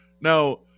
Now